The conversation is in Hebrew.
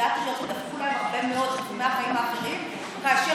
יכולתי לומר את הדברים מהצד, אבל מאחר